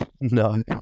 No